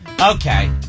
Okay